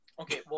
okay